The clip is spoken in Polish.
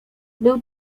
był